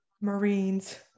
Marines